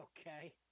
okay